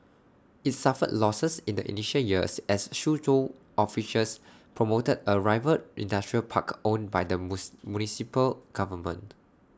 IT suffered losses in the initial years as Suzhou officials promoted A rival industrial park owned by the municipal government